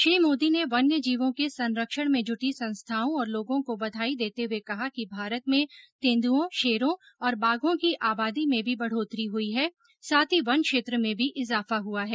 श्री मोदी ने वन्यजीवों के संरक्षण में जुटी संस्थाओं और लोगों को बधाई देते हुए कहा कि भारत में तेंदुओं शेरों और बाघों की आबादी में भी बढ़ोतरी हुई है साथ ही वन क्षेत्र में भी इजाफा हुआ है